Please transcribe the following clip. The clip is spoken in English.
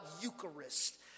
Eucharist